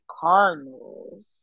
Cardinals